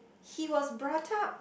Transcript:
he was brought up